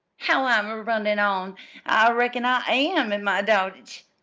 how i'm runnin' on! i reckon i am in my dotage.